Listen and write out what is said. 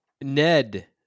Ned